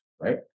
right